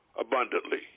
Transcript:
abundantly